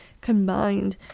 combined